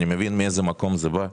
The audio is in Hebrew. אני מבין מאיזה מקום זה בא,